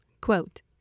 Quote